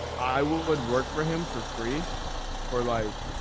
i would would work for him for free for like,